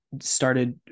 started